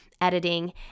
editing